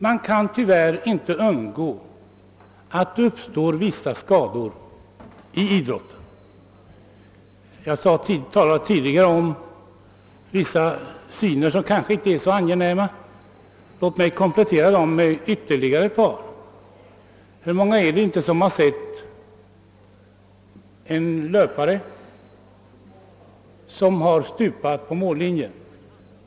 Det kan tyvärr inte undgås att det uppstår vissa skador vid idrott. Jag talade tidigare om vissa synbilder som kanske inte är så angenäma. Låt mig komplettera dem med ytterligare ett par. Hur många är det inte som har sett en löpare som har stupat på mållinjen.